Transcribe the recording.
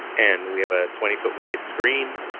and we have a twenty foot wide screen.